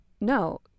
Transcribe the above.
no